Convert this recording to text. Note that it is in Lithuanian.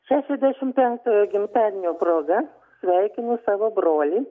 šešiasdešimt penktojo gimtadienio proga sveikinu savo brolį